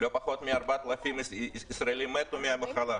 לא פחות מ-4,000 ישראלים מתו מהמחלה.